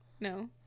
No